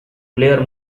player